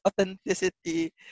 authenticity